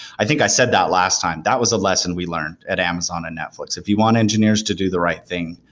i think i said that last time. that was a lesson we learned at amazon and netflix. if you want engineers to do the right thing,